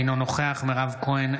אינו נוכח מירב כהן,